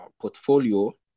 portfolio